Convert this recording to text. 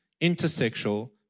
intersexual